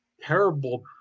terrible